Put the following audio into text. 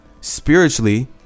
Spiritually